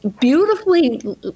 beautifully